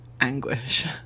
anguish